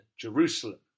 Jerusalem